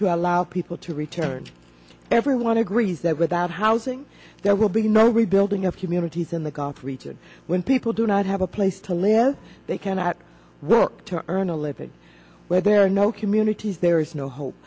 to allow people to return everyone agrees that without housing there will be no rebuilding of humanities in the region when people do not have a place to live they cannot work to earn a living where there are no communities there is no hope